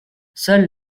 seule